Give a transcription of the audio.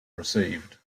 received